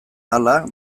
hala